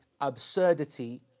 absurdity